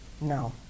No